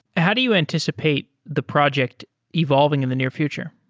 how do you anticipate the project evolving in the near future?